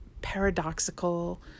paradoxical